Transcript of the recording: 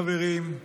חברים,